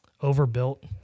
overbuilt